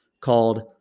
called